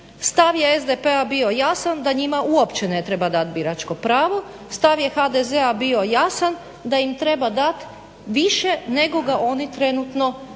stav je SDP-a bio jasan da njima uopće ne treba dat biračko pravo, stav je HDZ-a bio jasan da im treba dat više nego ga oni trenutno imaju.